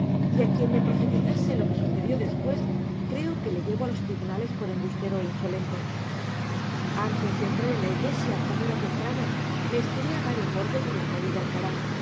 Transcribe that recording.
y a quien me profetizase lo que sucedió después creo que le llevo a los tribunales por embustero e insolente antes de entrar en la iglesia como era temprano me estiré a dar un borde por la calle de alcalá y